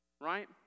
right